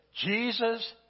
Jesus